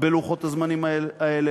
בלוחות הזמנים האלה,